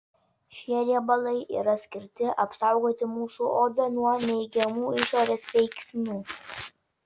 šie riebalai yra skirti apsaugoti mūsų odą nuo neigiamų išorės veiksnių